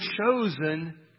chosen